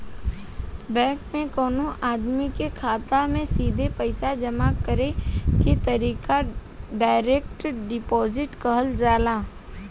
bank में कवनो आदमी के खाता में सीधा पईसा जामा करे के तरीका डायरेक्ट डिपॉजिट कहल जाला